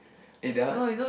eh that one